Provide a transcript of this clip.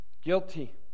guilty